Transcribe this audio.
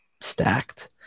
stacked